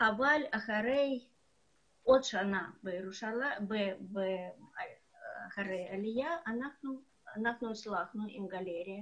אבל שנה אחרי העלייה אנחנו הצלחנו להקים גלריה